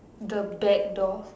the back door